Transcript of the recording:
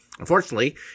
Unfortunately